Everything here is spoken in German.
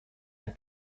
ein